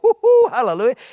hallelujah